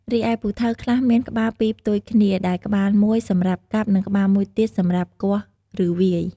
រីឯពូថៅខ្លះមានក្បាលពីរផ្ទុយគ្នា ដែលក្បាលមួយសម្រាប់កាប់ និងក្បាលមួយទៀតសម្រាប់គាស់ ឬវាយ។